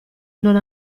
non